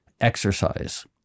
exercise